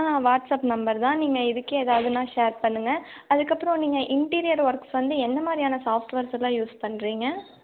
ஆ WhatsApp number தான் நீங்கள் இதுக்கே எதாவதுனால் ஷேர் பண்ணுங்க அதுக்கப்புறம் நீங்கள் இன்டீரியர் ஒர்க்ஸ் வந்து என்ன மாதிரியான சாஃப்ட்வேர்யெல்லாம் யூஸ் பண்ணுறிங்க